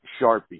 Sharpie